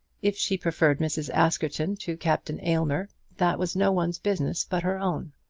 if she preferred mrs. askerton to captain aylmer, that was no one's business but her own.